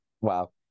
Wow